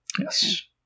yes